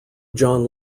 john